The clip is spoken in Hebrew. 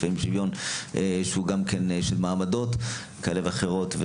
לפעמים שוויון שהוא גם כן של מעמדות כאלה ואחרות,